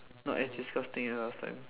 not as disgusting as last time